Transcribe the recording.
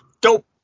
Dope